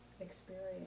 experience